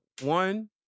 one